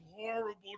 horrible